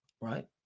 Right